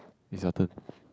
is your turn